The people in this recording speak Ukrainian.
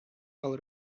але